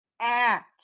act